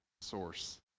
source